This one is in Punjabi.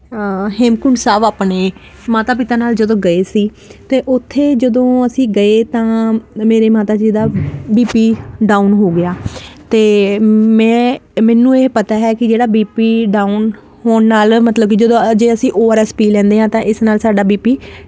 ਹਾਂ ਹੇਮਕੁੰਡ ਸਾਹਿਬ ਆਪਣੇ ਮਾਤਾ ਪਿਤਾ ਨਾਲ ਜਦੋਂ ਗਏ ਸੀ ਤੇ ਉੱਥੇ ਜਦੋਂ ਅਸੀਂ ਗਏ ਤਾਂ ਮੇਰੇ ਮਾਤਾ ਜੀ ਦਾ ਬੀ ਪੀ ਡਾਊਨ ਹੋ ਗਿਆ ਤੇ ਮੈਂ ਮੈਨੂੰ ਇਹ ਪਤਾ ਹੈ ਕਿ ਜਿਹੜਾ ਬੀ ਪੀ ਡਾਊਨ ਹੋਣ ਨਾਲ ਮਤਲਬ ਜਦੋਂ ਅਸੀਂ ਓ ਆਰ ਐਸ ਪੀ ਲੈਂਦੇ ਆ ਤਾਂ ਇਸ ਨਾਲ ਸਾਡਾ ਬੀ ਪੀ